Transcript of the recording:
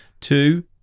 Two